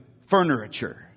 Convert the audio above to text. furniture